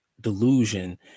delusion